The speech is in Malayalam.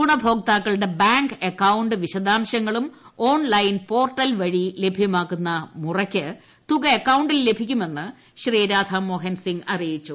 ഗുണ്ടഭോക്താക്കളുടെ ബാങ്ക് അക്കൌ ് വിശദാംശങ്ങളും ഓൺലൈൻ പോർട്ടൽ വഴി ല്ഭ്യമാക്കുന്ന മുറയ്ക്ക് തുക അക്കൌ ിൽ ലഭിക്കുമെന്ന് ശ്രീ രാധാമോഹ്നർ സിംഗ് അറിയിച്ചു